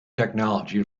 technology